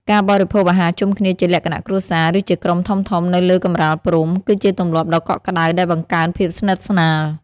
ការបរិភោគអាហារជុំគ្នាជាលក្ខណៈគ្រួសារ ឬជាក្រុមធំៗនៅលើកម្រាលព្រំ គឺជាទម្លាប់ដ៏កក់ក្តៅដែលបង្កើនភាពស្និទ្ធស្នាល។